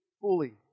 fully